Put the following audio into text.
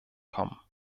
kommen